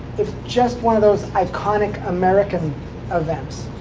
it's just one of those iconic american events.